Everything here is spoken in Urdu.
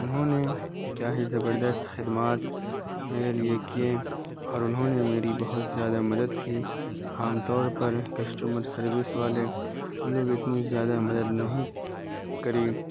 انہوں نے کیا ہی زبردست خدمات میرے لیے کیے اور انہوں نے میری بہت زیادہ مدد کی عام طور پر کسٹمر سروس والے لوگ اتنی زیادہ مدد نہیں کری